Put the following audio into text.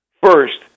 First